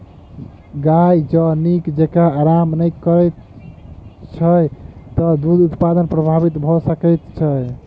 गाय जँ नीक जेँका आराम नै करैत छै त दूध उत्पादन प्रभावित भ सकैत छै